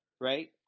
right